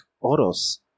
Oros